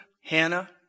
Hannah